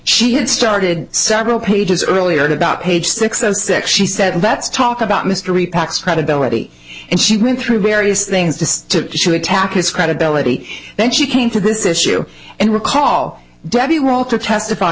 she had started several pages earlier to about page six of six she said let's talk about mr repacks credibility and she went through various things to to to attack his credibility then she came to this issue and recall debbie rowe to testify